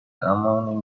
اما